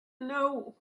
know